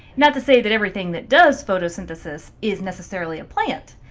not to say that everything that does photosynthesis is necessarily a plant,